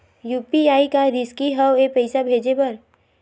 UPI का रिसकी हंव ए पईसा भेजे बर?